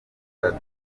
baje